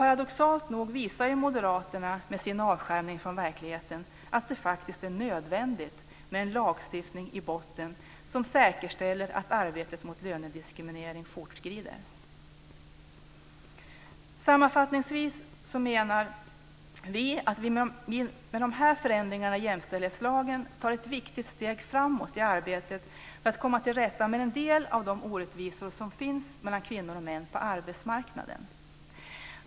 Paradoxalt nog visar moderaterna med sin avskärmning från verkligheten att det faktiskt är nödvändigt med en lagstiftning i botten som säkerställer att arbetet mot lönediskriminering fortskrider. Sammanfattningsvis menar vi att vi med de här förändringarna i jämställdhetslagen tar ett viktigt steg framåt i arbetet med att komma till rätta med en del av de orättvisor som finns mellan kvinnor och män på arbetsmarknaden.